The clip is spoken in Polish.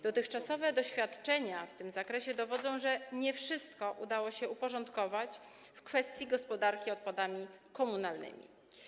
Dotychczasowe doświadczenia w tym zakresie dowodzą, że nie wszystko udało się uporządkować w kwestii gospodarki odpadami komunalnymi.